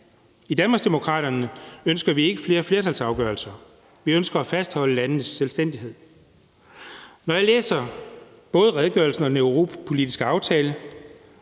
I Danmarksdemokraterne ønsker vi ikke flere flertalsafgørelser. Vi ønsker at fastholde landenes selvstændighed. Når jeg læser både redegørelsen og den europapolitiske aftale,